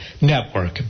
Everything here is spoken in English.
Network